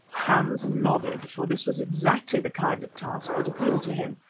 hans nodded, for this was exactly the kind of task that appealed to him,